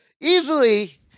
easily